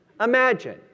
Imagine